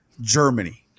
Germany